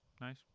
Nice